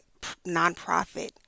nonprofit